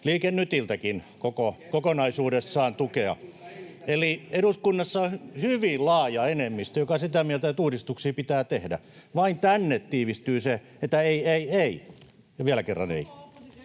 Liike Nytiltäkin on tullut kokonaisuudessaan tukea. Eli eduskunnassa on hyvin laaja enemmistö, joka on sitä mieltä, että uudistuksia pitää tehdä. Vain tänne tiivistyy se, että ”ei, ei, ei ja vielä kerran ei”.